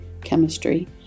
chemistry